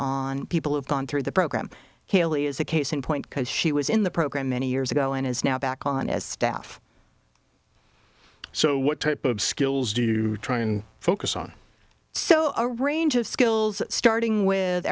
on people have gone through the program haley is a case in point because she was in the program many years ago and is now back on as staff so what type of skills do try and focus on so a range of skills starting with